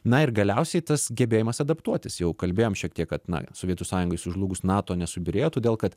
na ir galiausiai tas gebėjimas adaptuotis jau kalbėjom šiek tiek kad na sovietų sąjungai sužlugus nato nesubyrėjo todėl kad